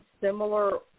similar